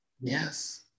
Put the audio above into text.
Yes